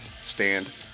Stand